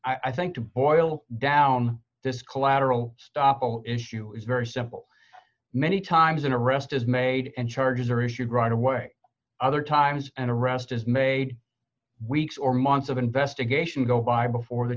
i think to boil down this collateral stoppel issue is very simple many times an arrest is made and charges are issued right away other times an arrest is made weeks or months of investigation go by before the